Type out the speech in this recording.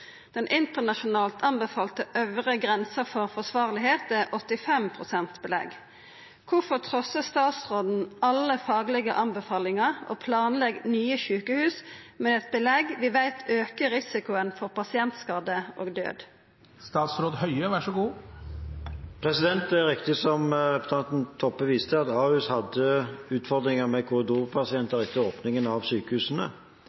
Den internasjonalt anbefalte øvre grense for forsvarlighet er 85 pst. belegg. Hvorfor trosser statsråden alle faglige anbefalinger og planlegger nye sykehus med et belegg vi vet øker risiko for pasientskader og død?» Det er riktig, som representanten Toppe viser til, at Ahus hadde utfordringer med